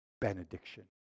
benediction